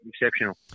exceptional